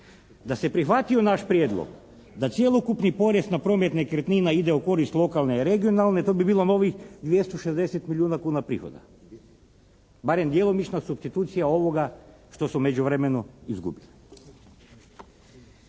Da se prihvatio naš prijedlog da cjelokupni porez na promet nekretnina ide u korist lokalne i regionalne, to bi bilo novih 260 milijuna kuna prihoda. Barem djelomično, supstitucija ovoga što su u međuvremenu izgubili.